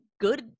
good